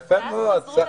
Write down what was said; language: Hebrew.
יפה מאוד.